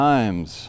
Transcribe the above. Times